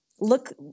look